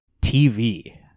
TV